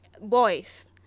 boys